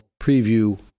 preview